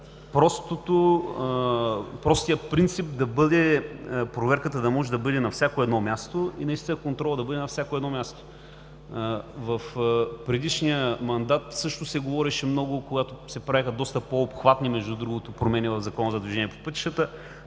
простият принцип и проверката да може да бъде на всяко едно място, и наистина контролът да бъде на всяко едно място. В предишния мандат също се говореше много, когато се правиха доста по-обхватни промени между